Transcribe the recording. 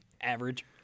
Average